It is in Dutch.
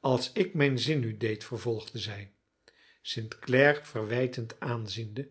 als ik mijn zin nu deed vervolgde zij st clare verwijtend aanziende